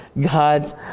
God's